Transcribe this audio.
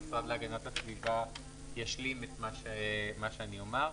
המשרד להגנת הסביבה ישלים את מה שאני אומר.